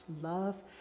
love